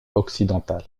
occidentale